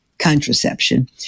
contraception